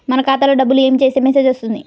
మన ఖాతాలో డబ్బులు ఏమి చేస్తే మెసేజ్ వస్తుంది?